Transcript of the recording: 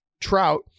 trout